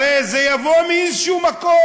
הרי זה יבוא מאיזשהו מקום.